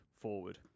forward